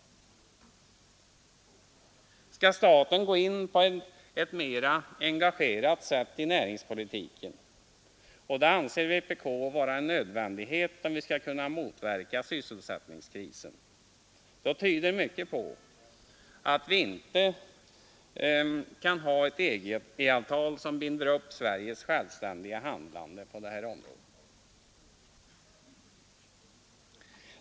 Skall staten gå in på ett mera engagerat sätt i näringspolitiken — och det anser vpk vara en nödvändighet om vi skall kunna motverka sysselsättningskrisen — då tyder mycket på att vi inte kan ha ett EG-avtal som binder upp Sveriges självständiga handlande på det här området.